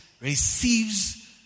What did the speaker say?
receives